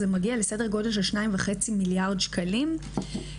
זה מגיע לסדר גודל של 2.5 מיליארד שקלים שרובם